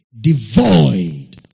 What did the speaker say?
devoid